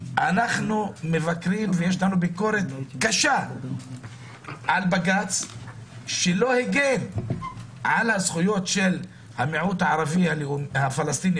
יש לנו ביקורת קשה על בג"ץ שלא הגן על הזכויות הלאומיות של הפלסטינים